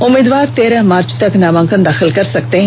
उम्मीदवार तेरह मार्च तक नामांकन दाखिल कर सकते हैं